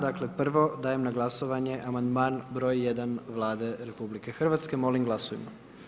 Dakle prvo, dajem na glasovanje amandman broj 1 Vlade RH, molim glasujmo.